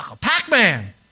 Pac-Man